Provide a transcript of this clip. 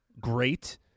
great